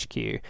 HQ